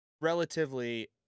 relatively